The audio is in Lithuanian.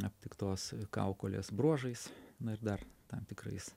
aptiktos kaukolės bruožais na ir dar tam tikrais